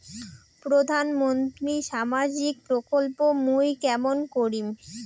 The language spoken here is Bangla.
প্রধান মন্ত্রীর সামাজিক প্রকল্প মুই কেমন করিম?